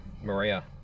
Maria